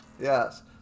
yes